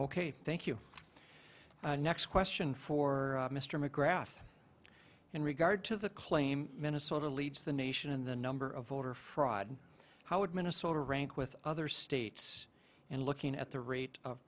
ok thank you next question for mr mcgrath in regard to the claim minnesota leads the nation in the number of voter fraud how would minnesota rank with other states and looking at the rate